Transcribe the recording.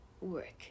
work